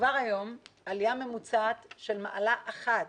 כבר היום עלייה ממוצעת של מעלה אחת,